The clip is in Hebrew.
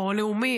או לאומי,